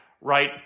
right